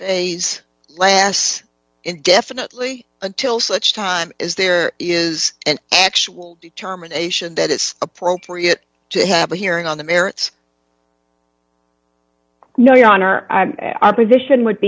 last indefinitely until such time is there is an actual determination that it's appropriate to have a hearing on the merits no your honor opposition would